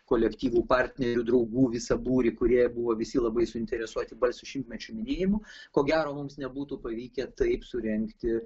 kolektyvų partnerių draugų visą būrį kurie buvo visi labai suinteresuoti balsio šimtmečio minėjimu ko gero mums nebūtų pavykę taip surengti